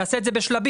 נעשה את זה בשלבים,